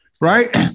right